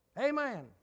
Amen